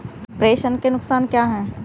प्रेषण के नुकसान क्या हैं?